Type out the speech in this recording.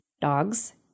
dogs